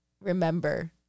remember